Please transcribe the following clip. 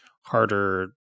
harder